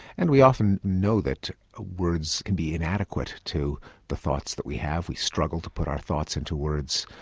and we often know that words can be inadequate to the thoughts that we have. we struggle to put our thoughts into words.